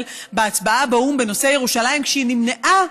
בהצבעה באו"ם בנושא ירושלים כשהיא נמנעה,